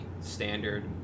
standard